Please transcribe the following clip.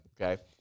Okay